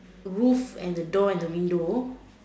roof and the door and the window